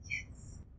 yes